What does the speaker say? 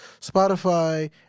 Spotify